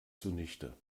zunichte